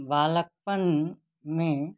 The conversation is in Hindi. बालकपन में